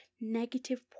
negative